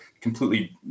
completely